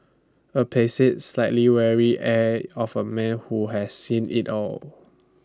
A placid slightly weary air of A man who has seen IT all